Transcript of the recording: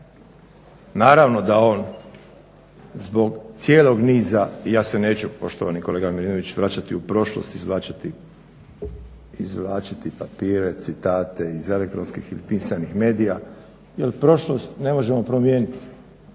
naravno da on zbog cijelog niza, ja se neću poštovani kolega Milinoviću vraćati u prošlost i izvlačiti papire, citate iz elektronskih ili pisanih medija, jer prošlost ne možemo promijenit.